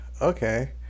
okay